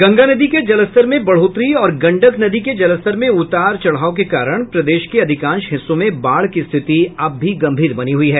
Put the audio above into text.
गंगा नदी के जलस्तर में बढ़ोतरी और गंडक नदी के जलस्तर में उतार चढ़ाव के कारण प्रदेश के अधिकांश हिस्सों में बाढ़ की स्थिति अब भी गंभीर बनी हुई है